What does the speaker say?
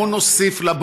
בואו נוסיף לה,